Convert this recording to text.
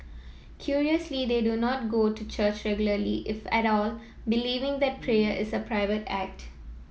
curiously they do not go to church regularly if at all believing that prayer is a private act